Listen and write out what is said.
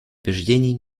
убеждений